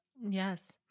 Yes